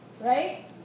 right